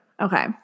Okay